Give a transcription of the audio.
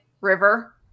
River